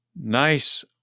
nice